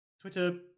Twitter